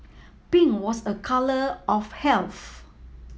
pink was a colour of health